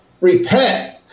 repent